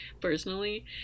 personally